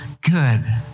good